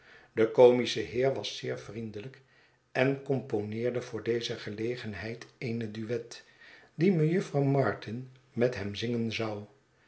de comische heer was zeer vriendelyk en componeerde voor deze gelegenheid eene duet die mejuffer martin met hem zingen zou